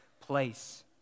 place